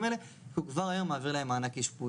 הנקודה